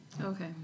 Okay